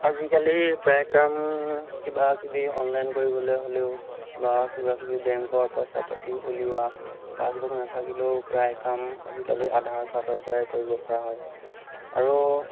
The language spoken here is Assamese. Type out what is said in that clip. আজিকালি প্ৰায় কাম কিবা কিবি অনলাইন কৰিবলৈ হ'লেও বা কিবা কিবি বেংকৰ পইচা পাতি উলিওৱা পাছবুক নাথাকিলেও প্ৰায় কাম আজিকালি আধাৰ কাৰ্ডৰ পৰাই কৰিব পৰা হয় আৰু